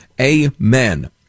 Amen